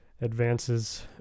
advances